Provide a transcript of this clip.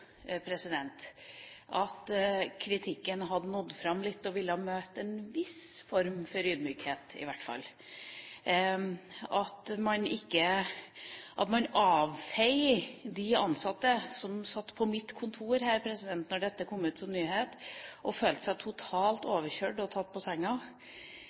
jo at kritikken hadde nådd fram litt og ville bli møtt med i hvert fall en viss form for ydmykhet. Man avfeier de ansatte som da dette kom ut som en nyhet, satt på mitt kontor og følte seg totalt overkjørt og tatt på senga,